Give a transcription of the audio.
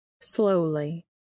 slowly